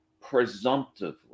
presumptively